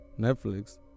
Netflix